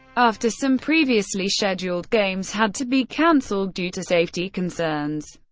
after some previously scheduled games had to be canceled due to safety concerns,